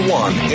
one